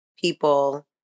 people